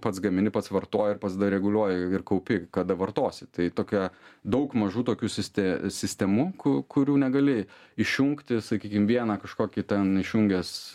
pats gamini pats vartoji ir pats dar reguliuoji ir kaupi kada vartosi tai tokia daug mažų tokių siste sistemų ku kurių negali išjungti sakykim vieną kažkokį ten išjungęs